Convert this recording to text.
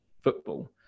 football